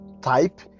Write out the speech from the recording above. type